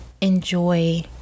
enjoy